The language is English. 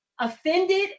offended